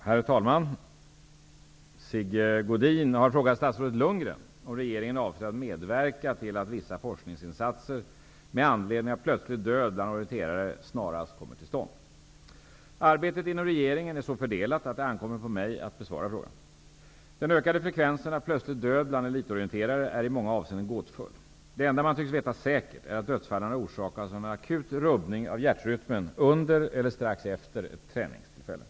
Herr talman! Sigge Godin har frågat statsrådet Lundgren om regeringen avser att medverka till att vissa forskningsinsatser med anledning av plötslig död bland orienterare snarast kommer till stånd. Arbetet inom regeringen är så fördelat att det ankommer på mig att besvara frågan. Den ökade frekvensen av plötslig död bland elitorienterare är i många avseenden gåtfull. Det enda man tycks veta säkert är att dödsfallen har orsakats av en akut rubbning av hjärtrytmen under eller strax efter ett träningstillfälle.